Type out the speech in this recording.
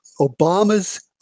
Obama's